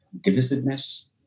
divisiveness